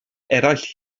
eraill